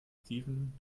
steven